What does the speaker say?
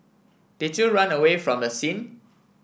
did you run away from the scene